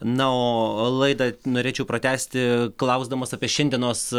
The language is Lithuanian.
na o laidą norėčiau pratęsti klausdamas apie šiandienos